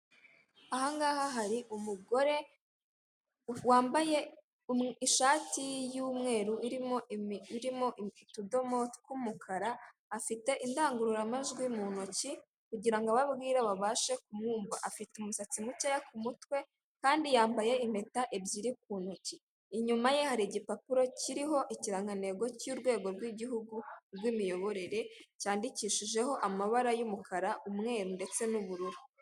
Ahangaha hari umugore wambaye ishati y'umweru irimo utudomo tw'umukara, afite indangururamajwi mu ntoki kugirango ababwire babashe kumwumva, afite umusatsi mukeya ku mutwe kandi yambaye impeta ebyiri ku ntoki, inyuma ye hari igipapuro kiriho ikirangantego cy'urwego rw'igihugu rw'imiyoborere cyandikishijeho amabara y'umukara umweru ndetse n'ubururu.